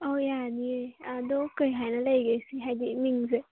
ꯑꯧ ꯌꯥꯅꯤꯌꯦ ꯑꯗꯣ ꯀꯔꯤ ꯍꯥꯏꯅ ꯂꯩꯒꯦ ꯁꯤ ꯍꯥꯏꯗꯤ ꯃꯤꯡꯁꯦ